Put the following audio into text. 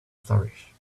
flourish